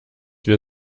wir